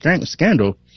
scandal